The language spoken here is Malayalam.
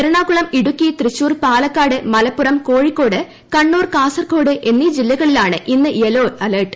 എറണാകുളം ഇടുക്കി തൃശൂർ പാലക്കാട് മലപ്പുറം കോഴിക്കോട് കണ്ണൂർ കാസർകോഡ് എന്നീ ജില്ലകളിലാണ് ഇന്ന് യെല്ലോ അലർട്ട്